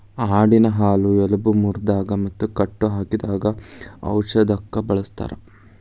ಆಡಿನ ಹಾಲು ಎಲಬ ಮುರದಾಗ ಕಟ್ಟ ಹಾಕಿದಾಗ ಔಷದಕ್ಕ ಬಳಸ್ತಾರ